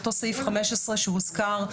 אותו סעיף 15 שהוזכר,